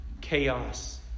chaos